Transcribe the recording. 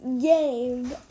game